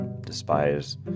despise